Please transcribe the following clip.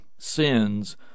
sins